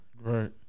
Right